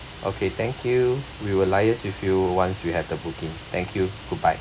okay thank you we will liaise with you once we have the booking thank you good bye